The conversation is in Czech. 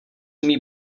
umí